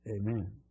Amen